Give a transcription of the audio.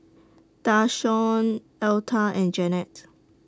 Dashawn Alta and Janet